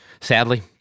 Sadly